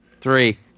Three